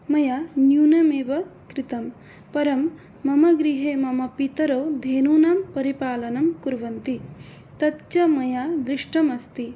मया न्यूनमेव कृतं परं मम गृहे मम पितरौ धेनूनां परिपालनं कुर्वन्ति तत् च मया दृष्टमस्ति